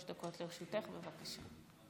שלוש דקות לרשותך, בבקשה.